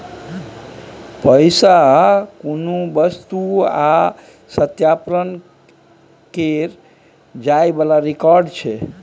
पैसा कुनु वस्तु आ सत्यापन केर जाइ बला रिकॉर्ड छै